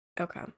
Okay